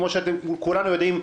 כפי שכולנו יודעים,